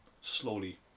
slowly